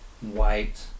white